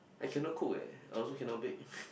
I cannot cook eh I also cannot bake